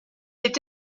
est